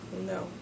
No